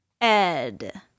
Ed